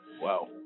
Wow